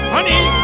Honey